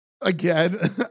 Again